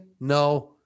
No